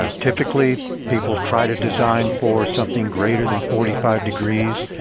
ah typically people try to design for something greater than forty five degrees.